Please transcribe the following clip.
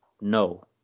No